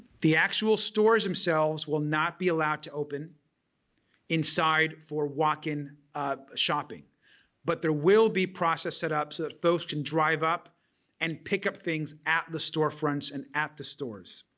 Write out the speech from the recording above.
the actual stores themselves will not be allowed to open inside for walking or shopping but there will be processes set up so that folks can drive up and pick up things at the storefronts and at the stores.